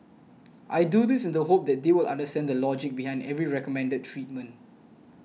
I do this in the hope that they will understand the logic behind every recommended treatment